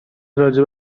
راجع